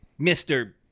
Mr